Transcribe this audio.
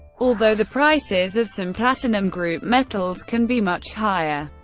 although the prices of some platinum group metals can be much higher,